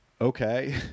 Okay